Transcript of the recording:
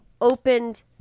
opened